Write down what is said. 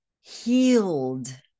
healed